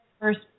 first